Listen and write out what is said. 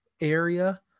area